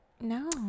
no